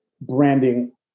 branding